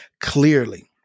clearly